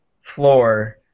floor